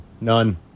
None